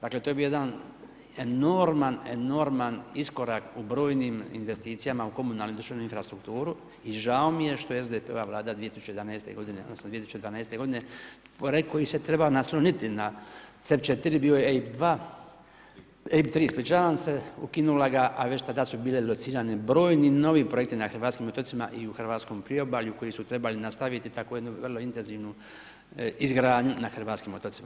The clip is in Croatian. Dakle, to je bio jedan enorman iskorak u brojnim investicijama u komunalnim ... infrastrukturu i žao mi je što SDP-ova Vlada 2011. godine odnosno 2012. godine ... koji se treba nasloniti na ... bio je ... ispričavam se, ukinula ga, a već tada su bile locirane brojnim novim projekti na hrvatskim otocima i u hrvatskom priobalju koji su trebali nastaviti tako jednu vrlo intenzivnu izgradnju na hrvatskim otocima.